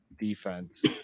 defense